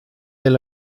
del